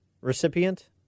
recipient